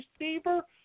receiver